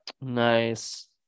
Nice